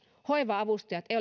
hoiva avustajat ei